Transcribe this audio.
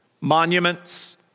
monuments